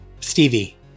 Stevie